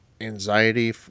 anxiety